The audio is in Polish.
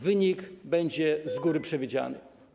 Wynik będzie z góry przewidziany.